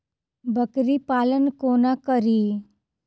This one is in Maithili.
बकरी पालन कोना करि?